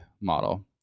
model